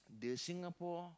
the Singapore